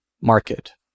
Market